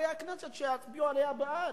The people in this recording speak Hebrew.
חברי הכנסת שיצביעו עליה בעד,